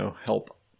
help